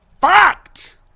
fucked